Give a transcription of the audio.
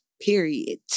Period